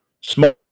Small